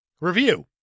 Review